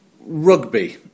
Rugby